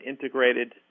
integrated